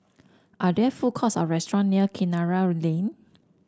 are there food courts or restaurant near Kinara Lane